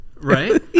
Right